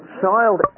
child